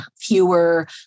fewer